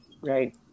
right